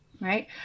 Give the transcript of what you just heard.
Right